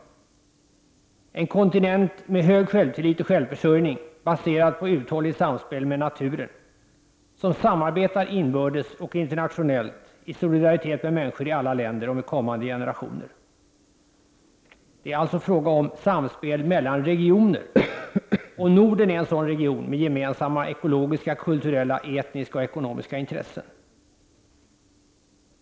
Det är en vision om en kontinent med hög självtillit och självförsörjning baserad på uthålligt samspel med naturen och med ett inbördes och internationellt samarbete i solidaritet med människor i alla länder och med kommande generationer. Det är alltså fråga om samspel mellan regioner, och Norden är en sådan region med gemensamma ekologiska, kulturella, etniska och ekonomiska intressen.